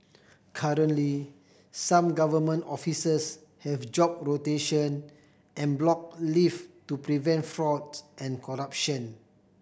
currently some government offices have job rotation and block leave to prevent fraud and corruption